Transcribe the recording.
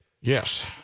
Yes